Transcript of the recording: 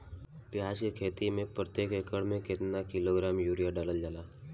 प्याज के खेती में प्रतेक एकड़ में केतना किलोग्राम यूरिया डालल जाला?